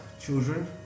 children